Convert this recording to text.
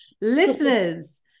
listeners